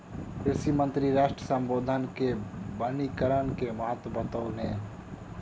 कृषि मंत्री राष्ट्र सम्बोधन मे वनीकरण के महत्त्व बतौलैन